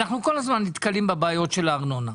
אנחנו כל הזמן נתקלים בבעיות של הארנונה,